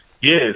Yes